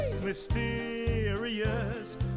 Mysterious